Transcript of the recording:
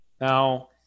Now